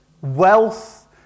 Wealth